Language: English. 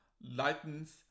lightens